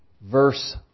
verse